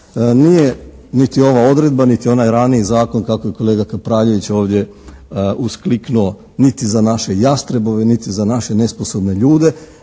nije niti ova odredba niti onaj raniji zakon kako je kolega Kapraljević ovdje uskliknuo niti za naše "Jastrebove" niti za naše nesposobne ljude,